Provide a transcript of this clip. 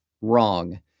Wrong